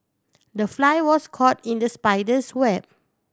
the fly was caught in the spider's web